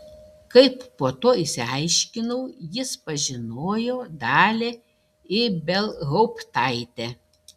kaip po to išsiaiškinau jis pažinojo dalią ibelhauptaitę